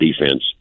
defense